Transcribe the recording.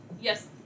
Yes